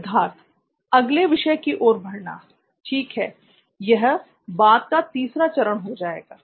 सिद्धार्थ अगले विषय की ओर बढ़ना ठीक है यह "बाद का तीसरा चरण हो जाएगा